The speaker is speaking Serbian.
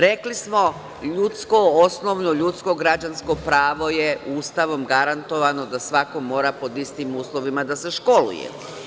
Rekli smo - osnovno ljudsko građansko pravo je Ustavom garantovano da svako mora pod istim uslovima da se školuje.